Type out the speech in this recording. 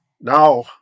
Now